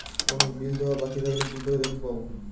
কোনো বিল দেওয়া বাকী থাকলে কি করে দেখতে পাবো?